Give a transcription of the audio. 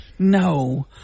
No